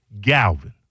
Galvin